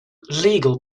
legal